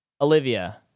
Olivia